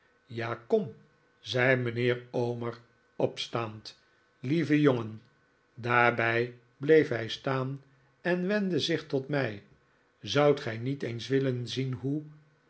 ja kom zei mijnheer omer opstaand lieve jongen daarbij bleef hij staan en wendde zich tot mij zoudt gij niet eens willen zien hoe